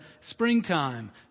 springtime